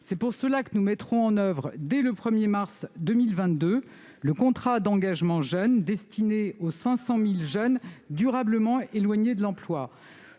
C'est pour cela que nous mettrons en oeuvre, dès le 1 mars 2022, le contrat d'engagement jeune, destiné aux 500 000 jeunes durablement éloignés de l'emploi.